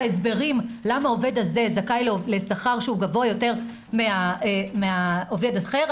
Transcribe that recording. ההסברים למה העובד הזה זכאי לשכר שהוא גבוה יותר מעובד אחר,